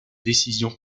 décision